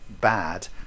bad